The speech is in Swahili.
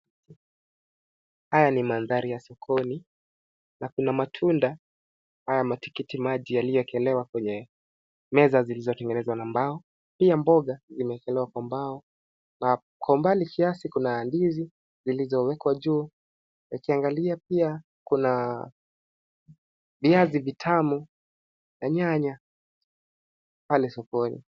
Haya ni mandhari ya sokoni na kuna matunda. Haya matikiti maji yaliyo ekelewa kwenye meza zilizotengenezwa na mbao. Pia mboga imeekelewa kwa mbao na kwa umbali kiasi kuna ndizi zilizowekwa juu. Ukiangalia pia, kuna viazi vitamu na nyanya pale sokoni.